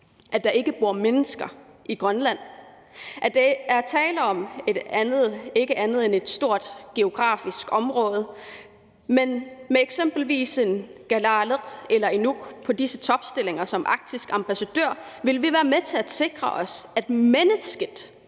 at der ikke bor mennesker i Grønland, og at der er tale om ikke andet end et stort geografisk område, men med eksempelvis en kalaaleq eller inuk på disse topstillinger, såsom arktisk ambassadør, vil vi være med til at sikre os, at mennesket